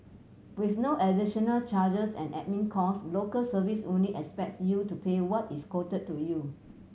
with no additional charges and admin cost Local Service only expects you to pay what is quoted to you